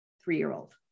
three-year-old